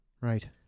right